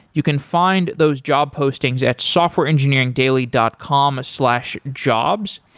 you can find those job postings at softwareengineeringdaily dot com slash jobs.